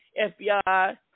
FBI